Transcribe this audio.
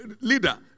leader